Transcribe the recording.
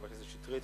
חבר הכנסת שטרית.